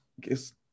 guess